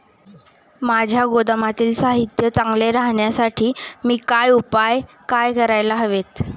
माझ्या गोदामातील साहित्य चांगले राहण्यासाठी मी काय उपाय काय करायला हवेत?